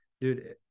dude